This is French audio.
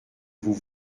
vous